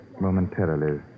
momentarily